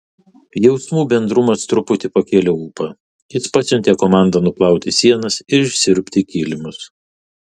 jausmų bendrumas truputį pakėlė ūpą jis pasiuntė komandą nuplauti sienas ir išsiurbti kilimus